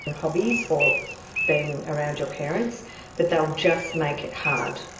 but hobbies, or being around your parents but they'll just make it hard.